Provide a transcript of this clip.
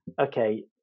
okay